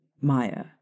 Maya